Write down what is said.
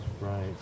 Right